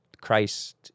Christ